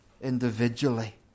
individually